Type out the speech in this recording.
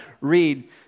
read